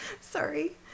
Sorry